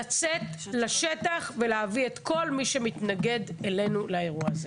לצאת לשטח ולהביא את כל מי שמתנגד אלינו לאירוע הזה.